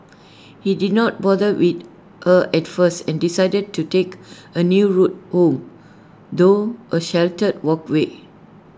he did not bother with her at first and decided to take A new route home through A sheltered walkway